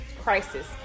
crisis